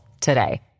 today